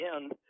end